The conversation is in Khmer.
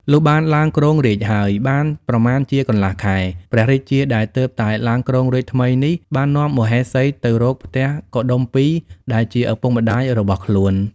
លុះបានឡើងគ្រងរាជ្យហើយ បានប្រមាណជាកន្លះខែ ព្រះរាជាដែលទើបតែឡើងគ្រងរាជ្យថ្មីនេះ បាននាំមហេសីទៅរកផ្ទះកុដុម្ពីដែលជាឪពុកម្ដាយរបស់ខ្លួន។